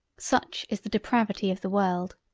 such is the depravity of the world!